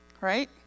Right